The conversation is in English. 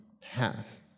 path